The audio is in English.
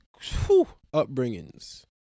upbringings